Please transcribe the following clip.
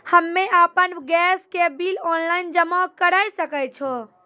हम्मे आपन गैस के बिल ऑनलाइन जमा करै सकै छौ?